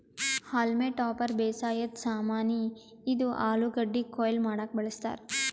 haulm topper ಬೇಸಾಯದ್ ಸಾಮಾನಿ, ಇದು ಆಲೂಗಡ್ಡಿ ಕೊಯ್ಲಿ ಮಾಡಕ್ಕ್ ಬಳಸ್ತಾರ್